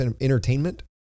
entertainment